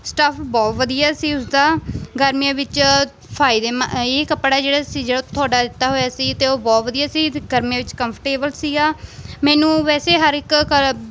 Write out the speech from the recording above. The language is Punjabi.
ਸਟੱਫ ਬਹੁਤ ਵਧੀਆ ਸੀ ਉਸਦਾ ਗਰਮੀਆਂ ਵਿੱਚ ਫਾਇਦੇਮੰਦ ਇਹ ਕੱਪੜਾ ਜਿਹੜਾ ਸੀ ਜਿਹੜਾ ਤੁਹਾਡਾ ਦਿੱਤਾ ਹੋਇਆ ਸੀ ਅਤੇ ਉਹ ਬਹੁਤ ਵਧੀਆ ਸੀ ਗਰਮੀਆਂ ਵਿੱਚ ਕੰਫਟੇਬਲ ਸੀਗਾ ਮੈਨੂੰ ਵੈਸੇ ਹਰ ਇੱਕ ਕਰ